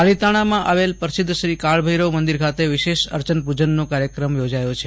પાલીતાણા આવેલ પ્રસિધ્ધ શ્રી કાળભૈરવ મંદિર ખાતે વિશેષ અર્ચન પૂજનનો કાર્યક્રમ યોજાયો છે